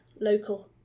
local